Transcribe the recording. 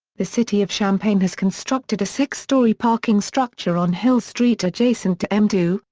the city of champaign has constructed a six-story parking structure on hill street adjacent to m two,